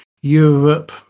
Europe